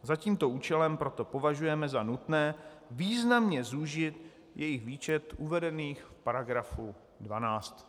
Za tímto účelem proto považujeme za nutné významně zúžit jejich výčet uvedených v §12.